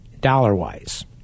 dollar-wise